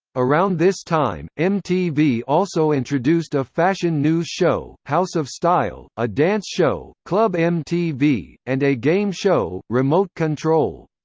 around this time, mtv also introduced a fashion news show, house of style a dance show, club mtv and a game show, remote control.